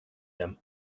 him